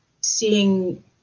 seeing